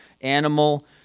animal